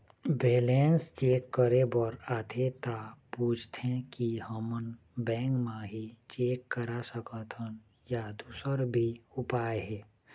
Balance check करे बर आथे ता पूछथें की हमन बैंक मा ही चेक करा सकथन या दुसर भी उपाय हे?